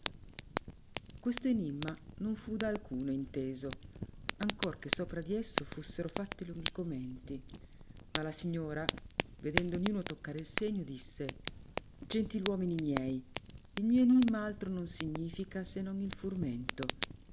questo enimma non fu da alcuno inteso ancor che sopra di esso fussero fatti lunghi comenti ma la signora vedendo ninno toccare il segno disse gentil uomini miei il mio enimma altro non significa se non il furmento